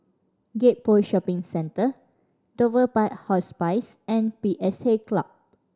Gek Poh Shopping Centre Dover Park Hospice and P S A Club